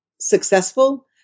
successful